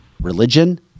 religion